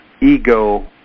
ego